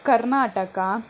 Karnataka